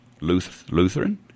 Lutheran